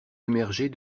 émerger